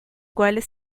cuales